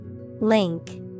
Link